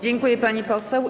Dziękuję, pani poseł.